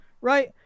right